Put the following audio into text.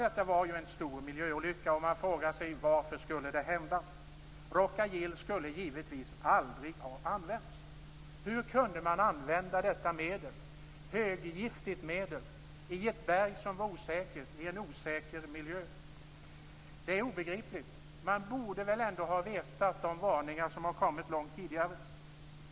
Detta var en stor miljöolycka, och man frågar sig: Varför skulle det hända? Rhoca-Gil skulle givetvis aldrig ha använts. Hur kunde man använda detta höggiftiga medel i ett berg som var osäkert, i en osäker miljö? Det är obegripligt. Man borde väl ändå ha känt till de varningar som har kommit långt tidigare.